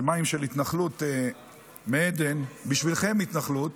זה מים של התנחלות, מי עדן, בשבילכם התנחלות.